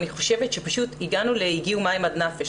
אני חושבת שפשוט הגיעו מים עד נפש,